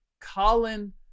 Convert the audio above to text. Colin